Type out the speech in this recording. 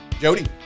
Jody